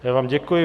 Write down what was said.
Já vám děkuji.